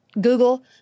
Google